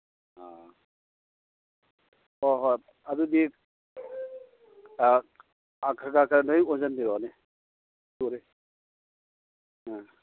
ꯑ ꯍꯣꯏ ꯍꯣꯏ ꯑꯗꯨꯗꯤ ꯈꯔ ꯈꯔ ꯂꯣꯏ ꯑꯣꯟꯁꯟꯕꯤꯔꯛꯑꯣꯅꯦ ꯊꯨꯔꯦ ꯑ